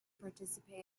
participate